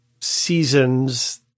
seasons